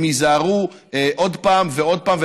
הם ייזהרו עוד פעם ועוד פעם,